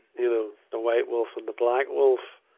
you know, the white wolf and the black wolf.